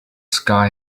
sky